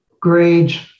grades